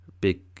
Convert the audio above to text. big